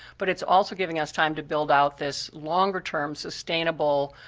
but it's also giving us time to build out this longer term, so stainsable,